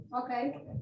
Okay